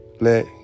let